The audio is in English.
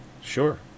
Sure